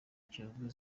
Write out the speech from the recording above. kiyovu